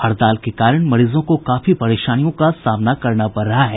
हड़ताल के कारण मरीजों को काफी परेशानियों का सामना करना पड़ रहा है